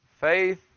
Faith